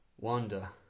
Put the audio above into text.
Wanda